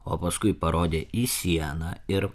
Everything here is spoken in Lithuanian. o paskui parodė į sieną ir